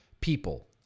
people